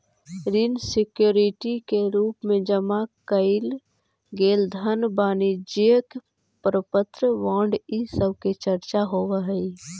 ऋण सिक्योरिटी के रूप में जमा कैइल गेल धन वाणिज्यिक प्रपत्र बॉन्ड इ सब के चर्चा होवऽ हई